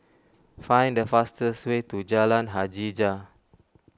find the fastest way to Jalan Hajijah